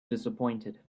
disappointed